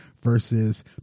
versus